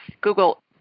Google